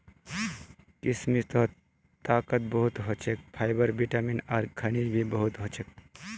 किशमिशत ताकत बहुत ह छे, फाइबर, विटामिन आर खनिज भी बहुत ह छे